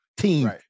team